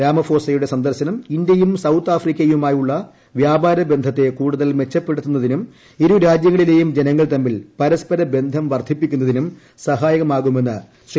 രാമഫോസയുടെ സന്ദർശനം ഇന്ത്യയും സൌത്ത് ആഫ്രിക്കയുമായുള്ള വ്യാപാരബന്ധത്തെ കൂടുതൽ മെച്ചപ്പെടുത്തുന്നതിനും ഇരുരാജ്യങ്ങളിലെയും ജനങ്ങൾ തമ്മിൽ പരസ്പര ബന്ധം വർദ്ധിപ്പിക്കുന്നതിനും സഹായമാകുമെന്ന് ശ്രീ